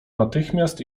natychmiast